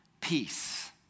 Peace